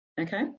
Okay